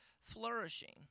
flourishing